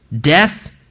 death